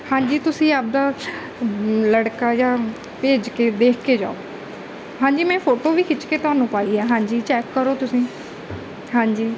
ਹਾਂਜੀ ਤੁਸੀਂ ਆਪਦਾ ਲੜਕਾ ਜਾਂ ਭੇਜ ਕੇ ਦੇਖ ਕੇ ਜਾਓ ਹਾਂਜੀ ਮੈਂ ਫੋਟੋ ਵੀ ਖਿੱਚ ਕੇ ਤੁਹਾਨੂੰ ਪਾਈ ਹੈ ਹਾਂਜੀ ਚੈੱਕ ਕਰੋ ਤੁਸੀਂ ਹਾਂਜੀ